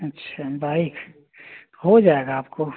अच्छा बाइक तो हो जाएगा आपकाे